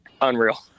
Unreal